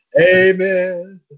Amen